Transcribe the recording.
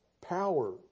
power